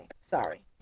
sorry